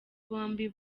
bombi